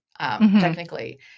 technically